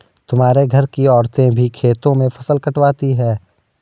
हमारे घर की औरतें भी खेतों में फसल कटवाती हैं